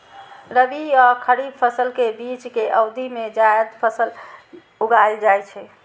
रबी आ खरीफ फसल के बीच के अवधि मे जायद फसल उगाएल जाइ छै